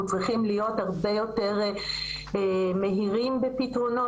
צריכים להיות הרבה יותר מהירים בפתרונות,